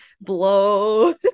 blow